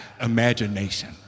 imagination